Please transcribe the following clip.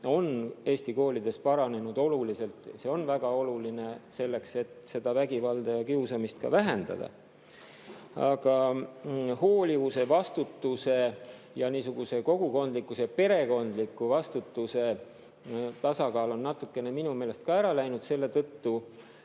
on Eesti koolides oluliselt paranenud. See on väga oluline selleks, et seda vägivalda ja kiusamist vähendada. Aga hoolivuse, vastutuse ja niisuguse kogukondlikkuse, perekondliku vastutuse tasakaal on natukene minu meelest [paigast] ära läinud, selle tõttu